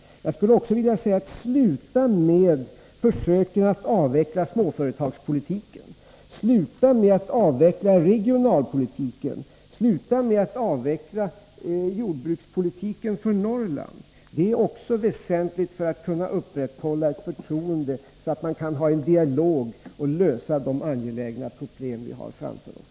Jag skulle också vilja säga: Sluta med försöken att avveckla småföretagspolitiken, sluta med att avveckla regionalpolitiken, sluta med att avveckla jordbrukspolitiken för Norrland! Detta är också väsentligt för att kunna upprätthålla ett förtroende, så att vi kan föra en dialog och lösa de angelägna frågor vi har framför oss.